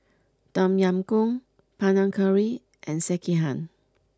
Tom Yam Goong Panang Curry and Sekihan